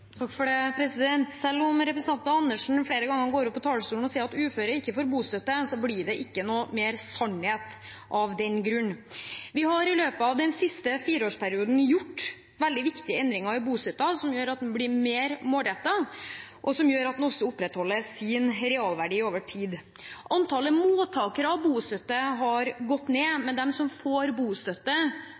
Selv om representanten Karin Andersen flere ganger går opp på talerstolen og sier at uføre ikke får bostøtte, blir det ikke mer sant av den grunn. Vi har i løpet av den siste fireårsperioden gjort veldig viktige endringer i bostøtten som gjør at den blir mer målrettet, og som gjør at den også opprettholder sin realverdi over tid. Antallet mottakere av bostøtte har gått ned, men de som får bostøtte,